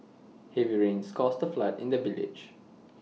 heavy rains caused A flood in the village